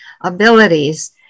abilities